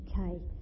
Okay